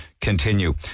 continue